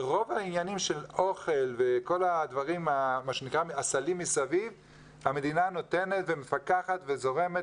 ברוב העניינים של אוכל וכל הסלים מסביב המדינה נותנת ומפקחת וזורמת.